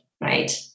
right